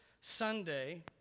Sunday